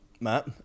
Matt